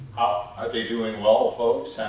ah are they doing well, folks?